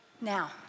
Now